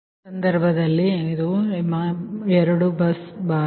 ಆ ಸಂದರ್ಭದಲ್ಲಿ ನೋಡಿ ಇದು ನಿಮ್ಮ 2 ಬಸ್ ಬಾರ್